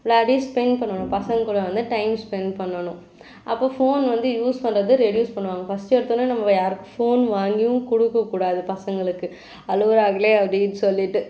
விளாயாடி spend பண்ணணும் பசங்கள் கூட வந்து டைம் ஸ்பெண்ட் பண்ணணும் அப்போ ஃபோன் வந்து யூஸ் பண்ணுறத ரெடியூஸ் பண்ணுவாங்கள் ஃபஸ்ட்டு எடுத்தோடன்னே நம்ம யாருக்கும் ஃபோன் வாங்கியும் கொடுக்கக்கூடாது பசங்களுக்கு அழுவுறாங்களே அப்படின்னு சொல்லிட்டு